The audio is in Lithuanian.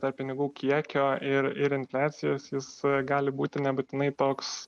tarp pinigų kiekio ir ir infliacijos jis gali būti nebūtinai toks